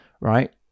right